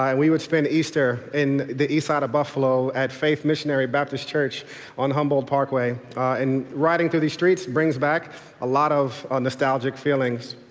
and we would spend easter in the east side of buffalo at faith missionary baptist church on humboldt parkway and riding through these streets brings back a lot of nostalgic feelings.